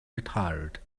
retired